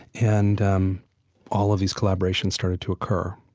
and um all of these collaborations started to occur.